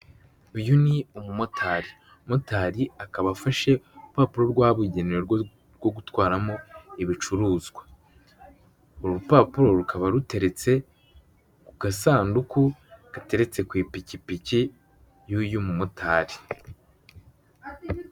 Uyu ni umumotari, umumotari akaba afashe urupapuro rwabugene rwo gutwaramo ibicuruzwa, uru rupapuro rukaba ruteretse ku gasanduku gateretse ku ipikipiki y'uyu mumotari.